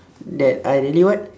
that I really what